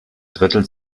drittel